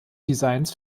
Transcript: designs